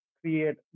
create